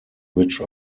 which